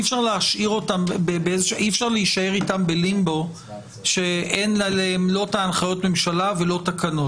אי אפשר להישאר איתם בלימבו שאין עליהם לא את הנחיות הממשלה ולא תקנות.